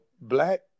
black